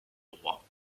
roi